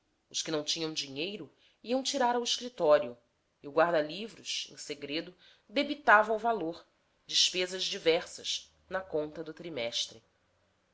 os que não tinham dinheiro iam tirar ao escritório e o guarda-livros em segredo debitava o valor despesas diversas na conta do trimestre